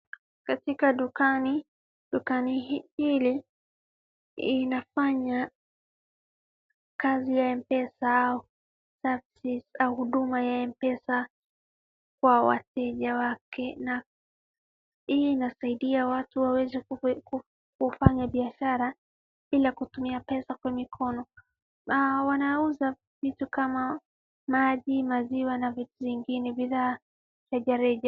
Katika dukani, duka hili linafanya kazi ya M-Pesa au service ya huduma ya M-Pesa kwa wateja wake. Na hii inasaidia watu waweze kufanya biashara bila kutumia pesa kwa mikono. Wanauza vitu kama maji, maziwa na vitu vingine, bidhaa rejareja.